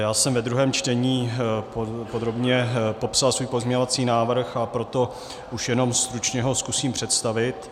Já jsem ve druhém čtení podrobně popsal svůj pozměňovací návrh, a proto už jenom stručně ho zkusím představit.